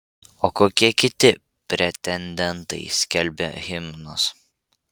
o kokie kiti pretendentai skelbia himnus